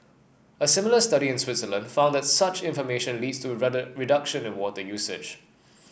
a similar study in Switzerland found that such information leads to reduction in water usage